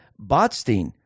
Botstein